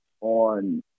on